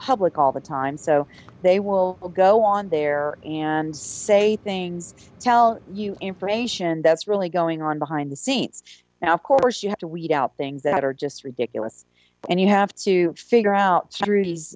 public all the time so they will go on there and say things tell you information that's really going on behind the scenes now of course you have to weed out things that are just ridiculous and you have to figure out